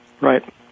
Right